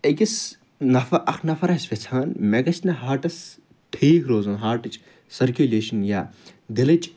أکِس نفر اَکھ نفر آسہِ ویٚژھان مےٚ گَژھہِ نہٕ ہارٹَس ٹھیٖک روزُن ہارٹٕچۍ سٔرکیٛولیشن یا دلٕچۍ حا یہِ گَژھہِ مےٚ